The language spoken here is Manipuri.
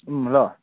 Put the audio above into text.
ꯎꯝ ꯍꯜꯂꯣ